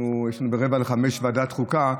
יש לנו ב-16:45 ועדת חוקה,